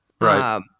right